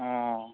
অ